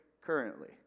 currently